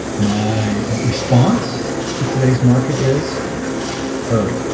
my response to today's market is hurry